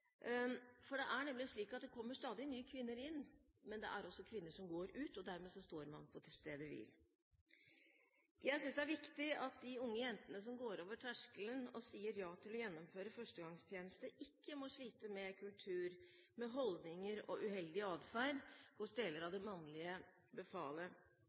Forsvaret. Det er nemlig slik at det kommer stadig nye kvinner inn, men det er også kvinner som går ut, og dermed står man på stedet hvil. Jeg synes det er viktig at de unge jentene som går over terskelen og sier ja til å gjennomføre førstegangstjeneste, ikke må slite med kultur, holdninger og uheldig adferd hos deler av